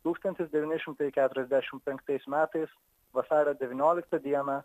tūkstantis devyni šimtai keturiasdešimt penktais metais vasario devynioliktą dieną